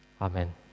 Amen